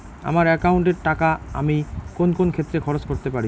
আমার একাউন্ট এর টাকা আমি কোন কোন ক্ষেত্রে খরচ করতে পারি?